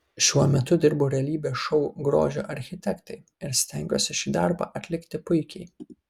šiuo metu dirbu realybės šou grožio architektai ir stengiuosi šį darbą atlikti puikiai